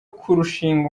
kurushinga